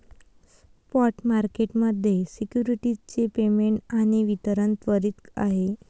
spot market मध्ये securities चे payment आणि वितरण त्वरित आहे